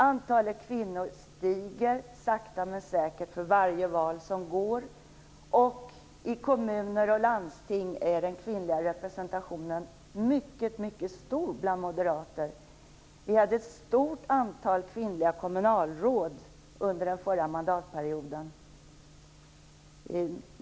Antalet kvinnor stiger sakta men säkert för varje val som går, och i kommuner och landsting är den kvinnliga representationen mycket stor bland moderater. Vi hade ett stort antal kvinnliga kommunalråd under den förra mandatperioden.